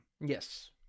Yes